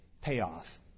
payoff